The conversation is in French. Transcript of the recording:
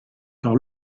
par